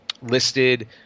listed